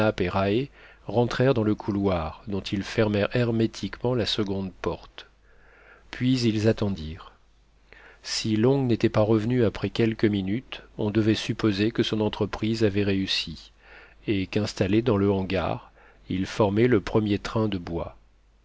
rentrèrent dans le couloir dont ils fermèrent hermétiquement la seconde porte puis ils attendirent si long n'était pas revenu après quelques minutes on devait supposer que son entreprise avait réussi et qu'installé dans le hangar il formait le premier train de bois